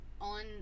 on